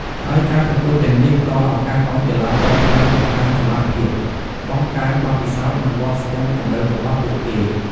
ហើយការប្រកួតទាំងនេះផ្តល់ឱកាសឱ្យកីឡាករខ្មែរបង្ហាញសមត្ថភាព បង្កើនបទពិសោធន៍ និងវាស់ស្ទង់កម្រិតរបស់ពួកគេ។